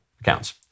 accounts